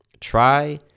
Try